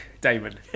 Damon